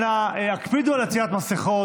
אנא הקפידו על עטיית מסכות.